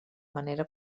manera